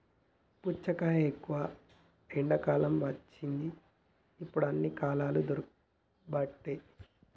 పుచ్చకాయ ఎక్కువ ఎండాకాలం వచ్చేది ఇప్పుడు అన్ని కాలాలల్ల దొరుకబట్టె